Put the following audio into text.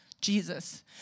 Jesus